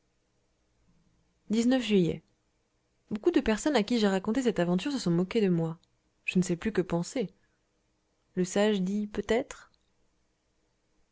juillet beaucoup de personnes à qui j'ai raconté cette aventure se sont moquées de moi je ne sais plus que penser le sage dit peut-être